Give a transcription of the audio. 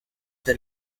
the